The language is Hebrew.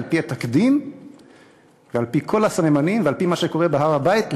על-פי התקדים ועל-פי כל הסממנים ועל-פי מה שקורה בהר-הבית,